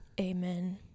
Amen